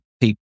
people